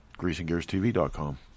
GreasingGearsTV.com